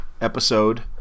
episode